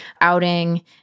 outing